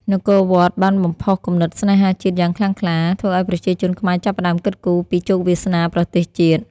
នគរវត្ត បានបំផុសគំនិតស្នេហាជាតិយ៉ាងខ្លាំងក្លា ធ្វើឱ្យប្រជាជនខ្មែរចាប់ផ្ដើមគិតគូរពីជោគវាសនាប្រទេសជាតិ។